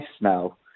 now